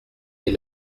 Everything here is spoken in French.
est